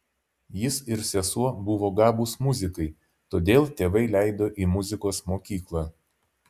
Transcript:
jis ir sesuo buvo gabūs muzikai todėl tėvai leido į muzikos mokyklą